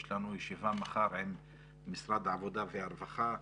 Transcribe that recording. יש לנו ישיבה מחר עם משרד העבודה והרווחה,